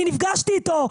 אני נפגשתי איתו.